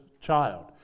child